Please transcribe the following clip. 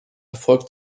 erfolg